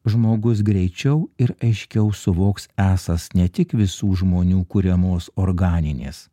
žmogus greičiau ir aiškiau suvoks esąs ne tik visų žmonių kuriamos organinės